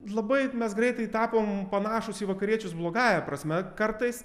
labai mes greitai tapom panašūs į vakariečius blogąja prasme kartais